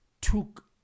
took